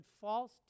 false